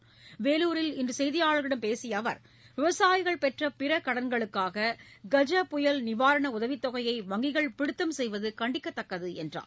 இன்று வேலூரில் செய்தியாளர்களிடம் பேசிய அவர் விவசாயிகள் பெற்ற பிற கடன்களுக்காக கஜ புயல் நிவாரண உதவித் தொகையை வங்கிகள் பிடித்தம் செய்வது கண்டிக்கத்தக்கது என்றார்